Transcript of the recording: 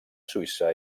suïssa